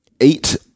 Eight